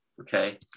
okay